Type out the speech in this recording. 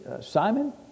Simon